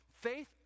Faith